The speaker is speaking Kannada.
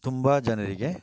ತುಂಬಾ ಜನರಿಗೆ